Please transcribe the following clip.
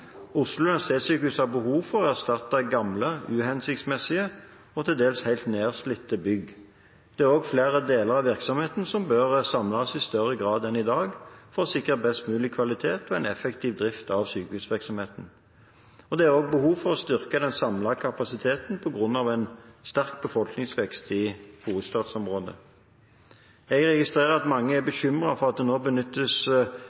Oslo universitetssykehus har behov for å erstatte gamle, uhensiktsmessige og til dels helt nedslitte bygg. Det er også flere deler av virksomheten som bør samles i større grad enn i dag for å sikre best mulig kvalitet og en effektiv drift av sykehusvirksomheten. Det er også behov for å styrke den samlede kapasiteten på grunn av en sterk befolkningsvekst i hovedstadsområdet. Jeg registrerer at mange er bekymret for at det nå benyttes